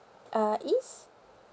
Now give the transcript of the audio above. uh east